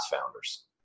founders